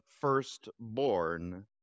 firstborn